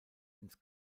ins